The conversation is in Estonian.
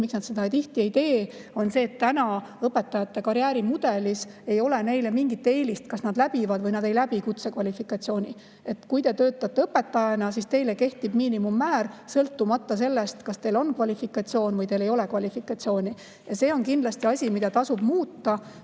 [kvalifikatsiooni] ei tehta, see, et õpetajate karjäärimudelis ei ole mingit eelist neile, kes läbivad või ei läbi kutsekvalifikatsiooni. Kui te töötate õpetajana, siis teile kehtib miinimummäär, sõltumata sellest, kas teil on kvalifikatsioon või teil ei ole kvalifikatsiooni. See on kindlasti asi, mida tasub muuta.